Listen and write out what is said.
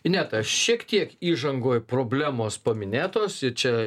ineta šiek tiek įžangoj problemos paminėtos i čia